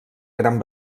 gran